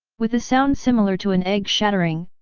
with a sound similar to an egg shattering,